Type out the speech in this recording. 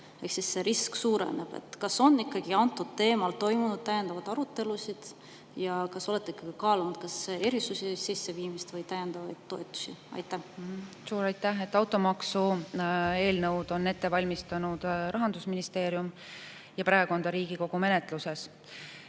see risk suureneb. Kas on ikkagi antud teemal toimunud täiendavaid arutelusid ja kas olete kaalunud erisuste sisseviimist või täiendavaid toetusi? Suur aitäh! Automaksueelnõu on ette valmistanud Rahandusministeerium ja praegu on ta Riigikogu menetluses.